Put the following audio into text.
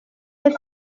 est